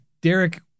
Derek